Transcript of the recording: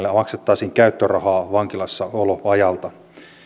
maksettaisiin käyttörahaa vankilassaoloajalta